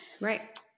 right